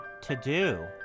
to-do